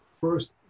first